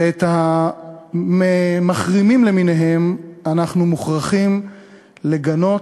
ואת המחרימים למיניהם אנחנו מוכרחים לגנות,